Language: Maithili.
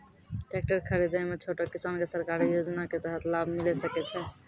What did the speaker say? टेकटर खरीदै मे छोटो किसान के सरकारी योजना के तहत लाभ मिलै सकै छै?